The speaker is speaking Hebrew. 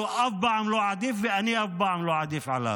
הוא אף פעם לא עדיף ואני אף פעם לא עדיף עליו.